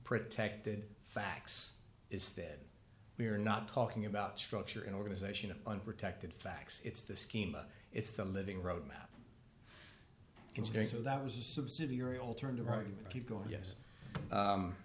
protected facts is that we're not talking about structure and organization of unprotected facts it's the schema it's the living roadmap considering so that was a subsidiary alternative argument keep going yes